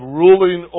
ruling